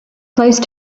close